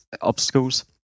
obstacles